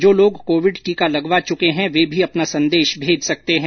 जो लोग कोविड टीका लगवा चूके हैं वे भी अपना संदेश भेज सकते हैं